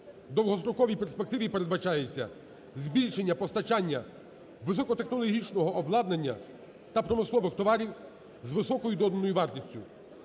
довгостроковій перспективі передбачається збільшення постачання високотехнологічного обладнання та промислових товарів з високою доданою вартістю.